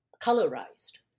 colorized